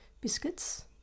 biscuits